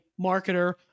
marketer